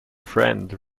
friend